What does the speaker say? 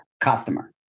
customer